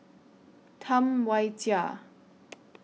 Tam Wai Jia